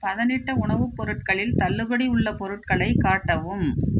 பதனிட்ட உணவுப் பொருட்களில் தள்ளுபடி உள்ள பொருட்களை காட்டவும்